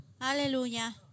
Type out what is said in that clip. Hallelujah